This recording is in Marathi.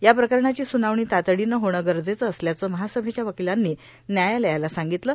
या प्रकरणाची सुनावणी तातडीनं होणं गरजेचं असल्याचं महासभेच्या वकिलांनी न्यायालयाला सांगितलं